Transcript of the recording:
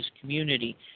community